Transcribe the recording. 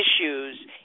issues